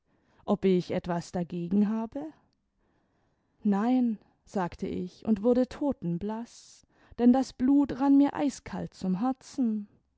ob ich etwas dagegen habe nein sagte ich und wurde totenblaß denn das blut rann mir eiskalt zum herzen